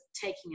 taking